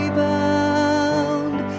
bound